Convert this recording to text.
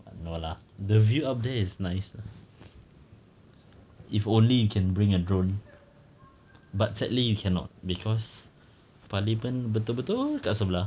no lah the view up there is nice lah if only you can bring a drone but sadly you cannot cause parliament betul-betul dekat sebelah